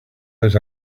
out